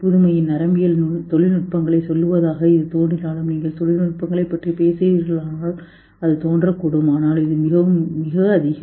புதுமையான நரம்பியல் தொழில்நுட்பங்களைச் சொல்வதில் இது தோன்றினாலும் நீங்கள் தொழில்நுட்பங்களைப் பற்றி பேசுகிறீர்களானால் அது தோன்றக்கூடும் ஆனால் இது மிகவும் மிக அதிகம்